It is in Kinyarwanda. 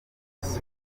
rukiko